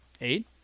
eight